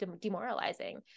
demoralizing